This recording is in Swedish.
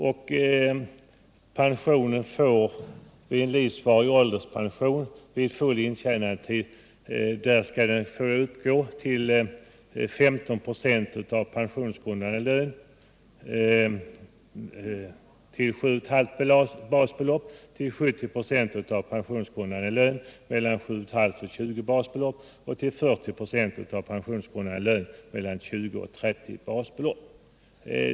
Och vid livsvarig ålderspension och full intjänandetid skall pension få utgå med 15 96 av pensionsgrundande lön upp till en lön på 7 1 2 och 20 basbelopp och med 40 96 av pensionsgrundande lön mellan 20 och 30 basbelopp.